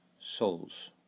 souls